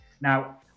Now